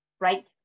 right